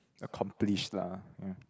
accomplished lah ya